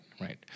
right